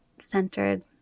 centered